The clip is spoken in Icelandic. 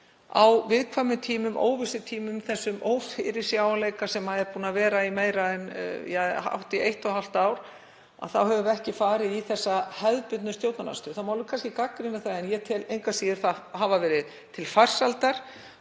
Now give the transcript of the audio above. á viðkvæmum tímum, óvissutímum, í þeim ófyrirsjáanleika sem er búinn að vera í meira en hátt í eitt og hálft ár, þá höfum við ekki farið í hefðbundna stjórnarandstöðu. Það má kannski gagnrýna en ég tel engu að síður að það hafi verið til farsældar